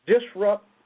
disrupt